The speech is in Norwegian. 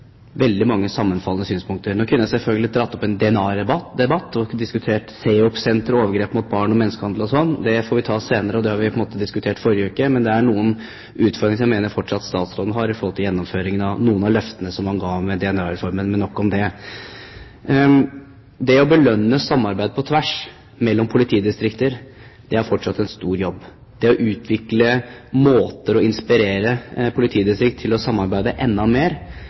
veldig mange sammenfallende synspunkter. Nå kunne jeg selvfølgelig har dratt opp en DNA-debatt og diskutert CEOP-senteret og overgrep mot barn, menneskehandel osv. Det får vi ta senere, og vi diskuterte det på en måte i forrige uke. Det er noen utfordringer som jeg mener statsråden fortsatt har i forhold til gjennomføringen av noen av de løftene som han ga i forbindelse med DNA-reformen – men nok om det. Det å belønne samarbeid på tvers mellom politidistrikter er fortsatt en stor jobb. Det å utvikle måter å inspirere politidistriktene til å samarbeide enda mer